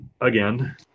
again